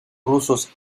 rusos